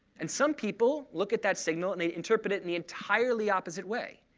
and some people look at that signal, and they interpret it in the entirely opposite way.